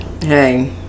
Hey